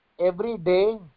everyday